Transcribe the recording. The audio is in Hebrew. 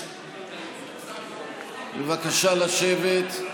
בבקשה, לשבת.